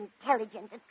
intelligent